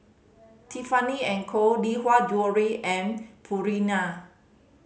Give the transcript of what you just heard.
Tiffany and Co Lee Hwa Jewellery and Purina